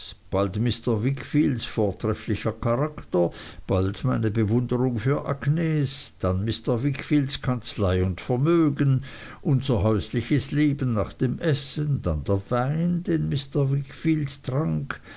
bald mr wickfields vortrefflicher charakter bald meine bewunderung für agnes dann mr wickfields kanzlei und vermögen unser häusliches leben nach dem essen dann der wein den mr wickfield trank